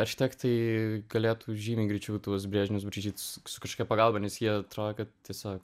architektai galėtų žymiai greičiau tuos brėžinius braižyti su su kažkokia pagalba nes jie atrodo kad tiesiog